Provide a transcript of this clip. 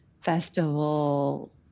festival